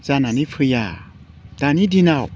जानानै फैया दानि दिनाव